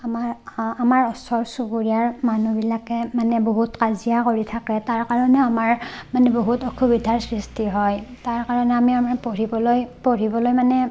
আমাৰ আমাৰ ওচৰ চুবুৰীয়াৰ মানুহবিলাকে মানে বহুত কাজিয়া কৰি থাকে তাৰ কাৰণেও আমাৰ মানে বহুত অসুবিধাৰ সৃষ্টি হয় তাৰ কাৰণে আমি আমাৰ পঢ়িবলৈ পঢ়িবলৈ মানে